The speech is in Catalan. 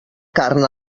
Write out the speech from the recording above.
carn